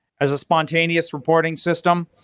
as a spontaneous reporting system,